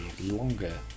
longer